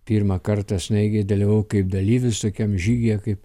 pirmą kartą snaigėj dalyvavau kaip dalyvis tokiam žygyje kaip